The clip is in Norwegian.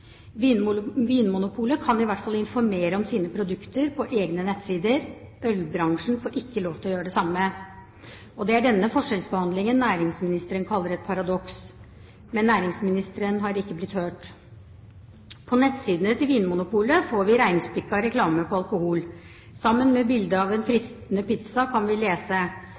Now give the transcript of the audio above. Vinmonopolet kan i hvert fall informere om sine produkter på egne nettsider – ølbransjen får ikke lov til å gjøre det samme. Det er denne forskjellbehandlingen næringsministeren kaller et paradoks, men han er ikke blitt hørt. På nettsidene til Vinmonopolet får vi reinspikka reklame for alkohol. Sammen med bildet av en fristende pizza står det å lese: